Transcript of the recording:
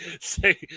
say